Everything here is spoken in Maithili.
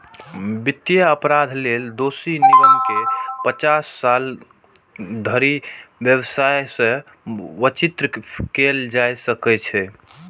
वित्तीय अपराध लेल दोषी निगम कें पचास साल धरि व्यवसाय सं वंचित कैल जा सकै छै